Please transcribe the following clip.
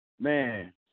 Man